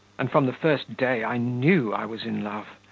and from the first day i knew i was in love.